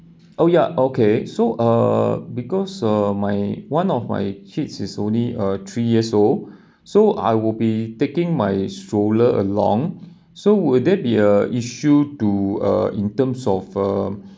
oh ya okay so uh because uh my one of my kids is only uh three years old so I will be taking my stroller along so will there be a issue to uh in terms of uh